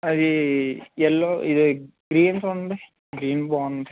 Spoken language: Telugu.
అది ఎల్లో ఇది గ్రీన్ చూడండి గ్రీన్ బాగుంది